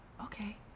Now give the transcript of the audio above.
Okay